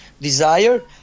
desire